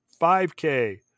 5k